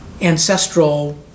ancestral